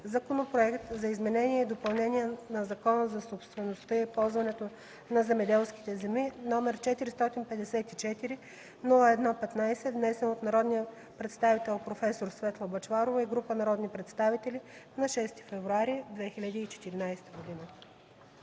Законопроект за изменение и допълнение на Закона за собствеността и ползването на земеделските земи, № 454-01-15, внесен от народния представител проф. Светла Бъчварова и група народни представители на 6 февруари 2014 г.”